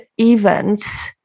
events